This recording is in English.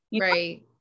Right